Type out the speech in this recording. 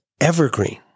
evergreen